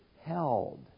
held